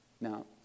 Now